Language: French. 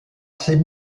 ses